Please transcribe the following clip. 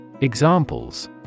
Examples